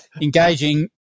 engaging